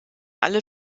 alle